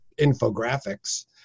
infographics